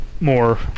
more